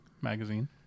magazine